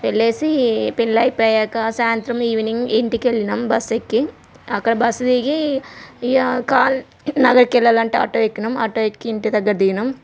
వెళ్ళి పెండ్లి అయిపోయాక సాయంత్రం ఈవినింగ్ ఇంటికి వెళ్ళినాం బస్ ఎక్కి అక్కడ బస్ దిగి ఇగ కాలనీకి వెళ్ళాలంటే ఆటో ఎక్కినాం ఆటో ఎక్కి ఇంటి దగ్గర దిగినాం